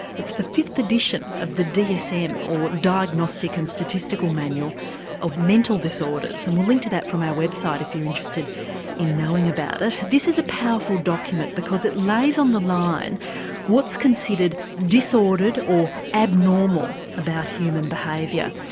it's the fifth edition of the dsm or diagnostic and statistical manual of mental disorders and we'll link to that from our website if you're interested in knowing about it. this is a powerful document because it lays on the line what's considered disordered or abnormal about human behaviour.